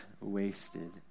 wasted